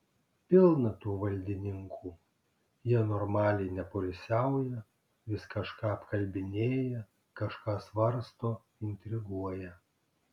pilna tų valdininkų jie normaliai nepoilsiauja vis kažką apkalbinėja kažką svarsto intriguoja